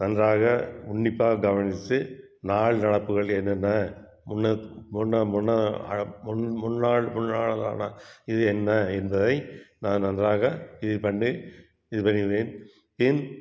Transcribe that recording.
நன்றாக உன்னிப்பாக கவனிச்சு நாடு நடப்புகள் என்னென்ன முன்னே முன்னே முன்னதாக முன் முன்னாள் முன்னாளான இது என்ன என்பதை நான் நன்றாக இதுப்பண்ணி இது பண்ணுவேன் பின்